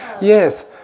Yes